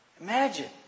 Imagine